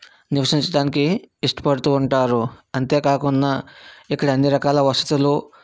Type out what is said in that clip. నివసించటానికి ఇష్టపడుతూ ఉంటారు అంతే కాకుండా ఇక్కడ అన్ని రకాల వస్తువులు